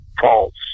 false